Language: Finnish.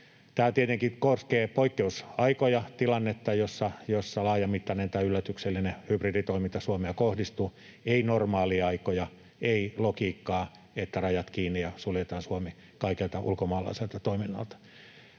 Tämä tietenkin koskee poikkeusaikoja, tilannetta, jossa laajamittainen tai yllätyksellinen hybriditoiminta Suomeen kohdistuu, ei normaaliaikoja. Ei logiikkaa siinä, että rajat kiinni ja suljetaan Suomi kaikelta ulkomaalaiselta toiminnalta.